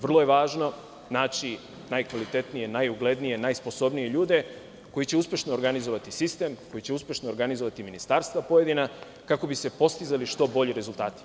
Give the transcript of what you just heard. Vrlo je važno naći najkvalitetnije, najuglednije, najsposobnije ljude koji će uspešno organizovati sistem, koji će uspešno organizovati pojedina ministarstva kako bi se postizali što bolji rezultati.